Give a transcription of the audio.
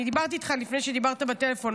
אני דיברתי איתך לפני שדיברת בטלפון,